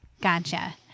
Gotcha